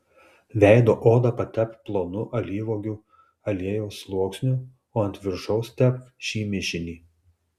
veido odą patepk plonu alyvuogių aliejaus sluoksniu o ant viršaus tepk šį mišinį